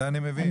זה אני מבין,